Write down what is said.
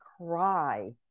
cry